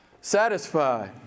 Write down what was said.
satisfy